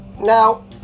Now